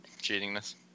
cheatingness